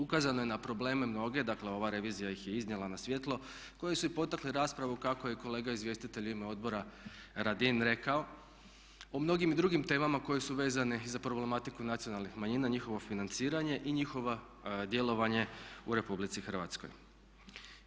Ukazano je na probleme mnoge, dakle ova revizija ih je iznijela na svjetlo koje su i potakle raspravu kako je kolega izvjestitelj u ime Odbora Radin rekao o mnogim i drugim temama koje su vezane za problematiku nacionalnih manjina, njihovo financiranje i njihovo djelovanje u Republici Hrvatskoj.